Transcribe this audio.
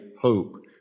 hope